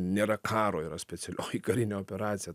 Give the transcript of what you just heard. nėra karo yra specialioji karinė operacija